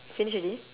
finish already